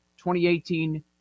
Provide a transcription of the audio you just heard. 2018